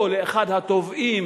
או לאחד התובעים,